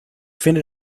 finde